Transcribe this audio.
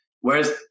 Whereas